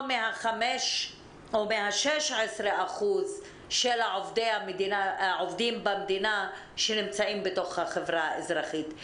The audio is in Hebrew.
או מה-16% של העובדים במדינה שנמצאים בתוך החברה האזרחית.